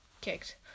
kicked